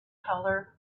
color